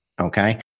okay